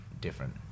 different